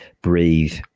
breathe